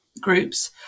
groups